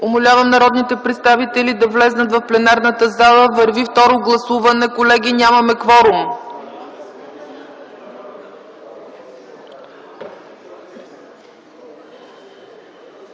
Умолявам народните представители да влязат в пленарната зала! Колеги, върви второ гласуване, нямаме кворум.